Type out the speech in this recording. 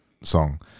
song